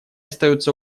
остается